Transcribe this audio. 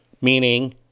Meaning